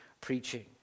preaching